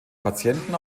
patienten